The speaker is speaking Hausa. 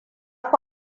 ku